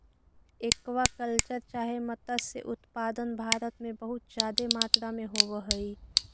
aqua culture चाहे मत्स्य उत्पादन भारत में बहुत जादे मात्रा में होब हई